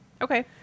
Okay